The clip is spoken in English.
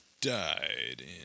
died